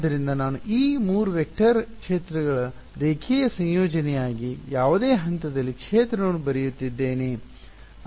ಆದ್ದರಿಂದ ನಾನು ಈ 3 ವೆಕ್ಟರ್ ಕ್ಷೇತ್ರಗಳ ರೇಖೀಯ ಸಂಯೋಜನೆಯಾಗಿ ಯಾವುದೇ ಹಂತದಲ್ಲಿ ಕ್ಷೇತ್ರವನ್ನು ಬರೆಯುತ್ತಿದ್ದೇನೆ